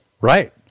Right